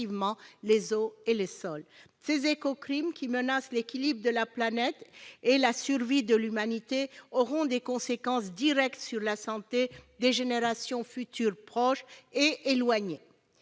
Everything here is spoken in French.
les eaux et les sols. Ces écocides qui menacent l'équilibre de la planète et la survie de l'humanité auront des conséquences directes sur la santé des générations futures, proches et éloignées.